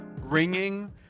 ringing